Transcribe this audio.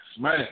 man